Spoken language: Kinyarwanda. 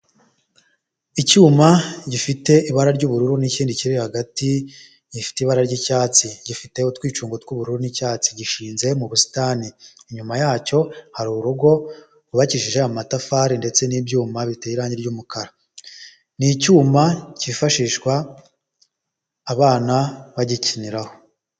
Icyuma gifite ibara ry'ubururu n'ikindi kiri hagati gifite ibara ry'icyatsi gifite utwicungo tw'ubururu n'icyatsi gishinze mu busitani. Inyuma yacyo hari urugo rwubakishije amatafari ndetse n'ibyuma biteye irange ry'umukara. Ni icyuma cyifashishwa abana bagikiniraho.